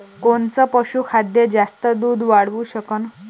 कोनचं पशुखाद्य जास्त दुध वाढवू शकन?